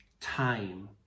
time